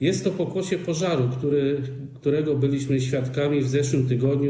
Jest to pokłosie pożaru nad Biebrzą, którego byliśmy świadkami w zeszłym tygodniu.